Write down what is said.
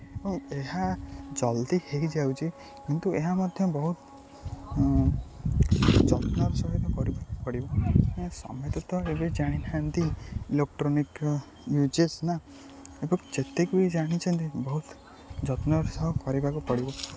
ଏବଂ ଏହା ଜଲ୍ଦି ହୋଇଯାଉଛି କିନ୍ତୁ ଏହା ମଧ୍ୟ ବହୁତ ଯତ୍ନର ସହିତ କରିବାକୁ ପଡ଼ିବ ସମସ୍ତେ ତ ଏବେ ଜାଣିଥାନ୍ତି ଇଲେକ୍ଟ୍ରୋନିକ୍ର ୟୁଜେସ୍ ନା ଏବଂ ଯେତିକି ବି ଜାଣିଛନ୍ତି ବହୁତ ଯତ୍ନର ସହ କରିବାକୁ ପଡ଼ିବ